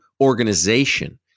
organization